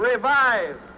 Revive